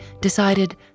decided